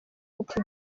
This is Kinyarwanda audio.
gupfa